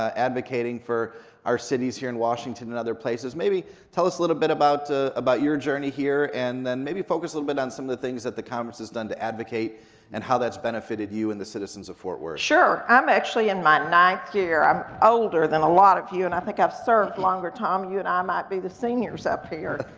advocating for our cities here in washington and other places. maybe tell us a little bit about your journey here, and then maybe focus a little bit on some of the things that the conference has done to advocate and how that's benefited you and the citizens of fort worth. sure, i'm actually in my ninth year. i'm older than a lot of you, and i think i've served longer. tom, you and i might be the seniors up here,